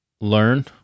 learn